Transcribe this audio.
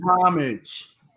homage